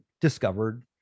discovered